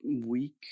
week